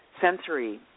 sensory